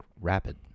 rapid